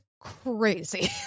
crazy